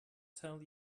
tell